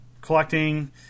collecting